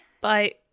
Bye